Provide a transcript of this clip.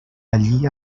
allí